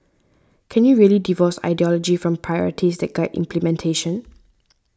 can you really divorce ideology from priorities that guide implementation